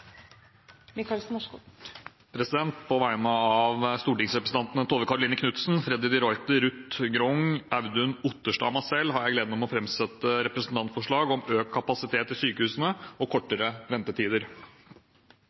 På vegne av stortingsrepresentantene Tove Karoline Knutsen, Freddy de Reuter, Ruth Mari Grung, Audun Otterstad og meg selv har jeg gleden av å framsette et representantforslag om økt kapasitet i sykehusene og